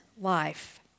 life